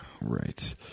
Right